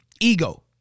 ego